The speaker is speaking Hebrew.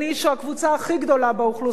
שהוא הקבוצה הכי גדולה באוכלוסייה,